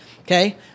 okay